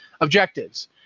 Objectives